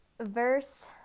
verse